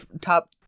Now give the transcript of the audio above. top